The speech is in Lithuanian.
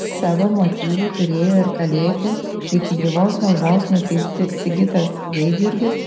savo motyvų turėjo ir kalėti iki gyvos galvos nuteisti sigitas gaidjurgis